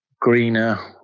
greener